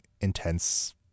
intense